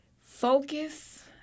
Focus